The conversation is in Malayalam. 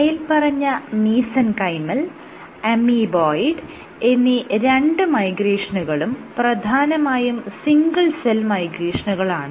മേല്പറഞ്ഞ മീസെൻകൈമൽ അമീബോയ്ഡ് എന്നീ രണ്ട് മൈഗ്രേഷനുകളും പ്രധാനമായും സിംഗിൾ സെൽ മൈഗ്രേഷനുകളാണ്